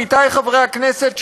עמיתי חברי הכנסת,